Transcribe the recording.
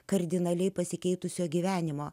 kardinaliai pasikeitusio gyvenimo